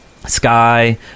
Sky